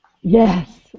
Yes